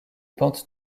pentes